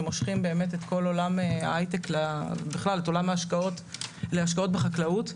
שמושכים את עולם ההייטק ואת עולם ההשקעות להשקעות בחקלאות.